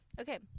Okay